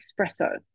espresso